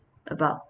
about